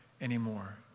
anymore